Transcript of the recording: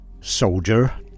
soldier